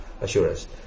assurance